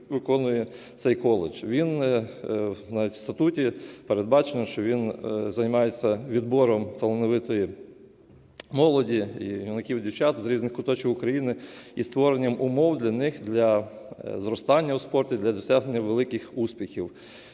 В статуті передбачено, що він займається відбором талановитої молоді, юнаків і дівчат з різних куточків України, і створенням умов для них, для зростання у спорті, для досягнення великих успіхів.